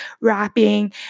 rapping